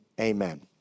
amen